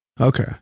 Okay